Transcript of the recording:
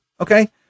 okay